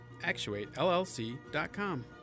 Actuatellc.com